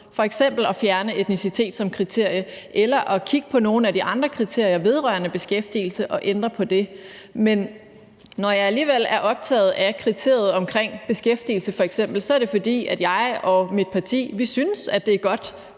f.eks. at fjerne etnicitet som kriterie eller at kigge på nogle af de andre kriterier vedrørende beskæftigelse og ændre på det. Men når jeg alligevel er optaget af f.eks. kriteriet om beskæftigelse, er det, fordi jeg og mit parti synes, at det er godt